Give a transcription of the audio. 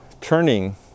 turning